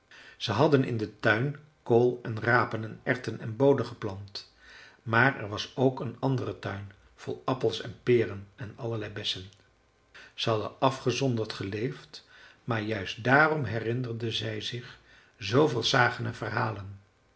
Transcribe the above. ze hadden in den tuin kool en rapen en erwten en boonen geplant maar er was ook een andere tuin vol appels en peren en allerlei bessen ze hadden afgezonderd geleefd maar juist daarom herinnerde zij zich zooveel sagen en verhalen